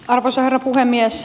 arvoisa herra puhemies